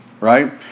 right